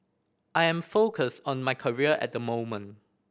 I am focused on my career at the moment